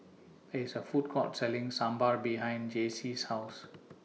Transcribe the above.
There IS A Food Court Selling Sambar behind Jaycie's House